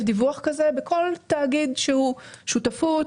דיווח כזה בכל תאגיד שהוא - שותפות,